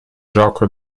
gioco